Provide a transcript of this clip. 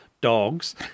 dog's